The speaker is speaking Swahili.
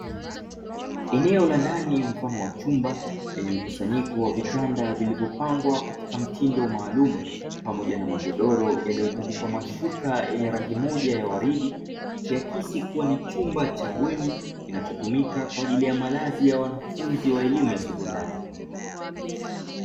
Eneo la ndani mfano wa chumba vyenye mkusanyiko wa vitanda vilivyopangwa katika mtindo maalumu, pamoja na magodoro yaliyotandikwa mashuka yenye rangi moja ya waridi, ikiakisi kuwa ni chumba cha bweni kinachotumika kwaajili ya malazi ya wanafunzi wa elimu ya sekondari.